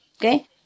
Okay